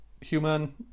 Human